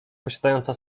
posiadająca